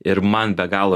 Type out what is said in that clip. ir man be galo